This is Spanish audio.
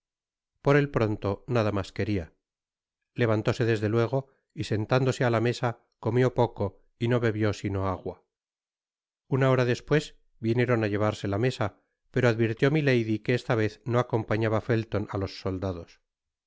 por el pronto nada mas queria levantóse desde luego y sentándose á la mesa comió poco y no bebió sino agua una hora despues vinieron á llevarse la mesa pero advirtió milady que esta vez no acompañaba felton á los soldados